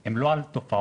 היא לא על תופעות.